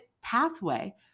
pathway